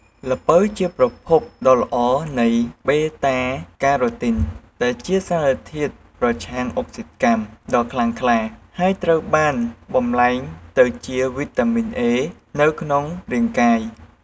ល្ពៅជាប្រភពដ៏ល្អនៃ Beta-Carotene ដែលជាសារធាតុប្រឆាំងអុកស៊ីតកម្មដ៏ខ្លាំងក្លា ហើយត្រូវបានបំលែងទៅជា វីតាមីន A នៅក្នុងរាងកាយ។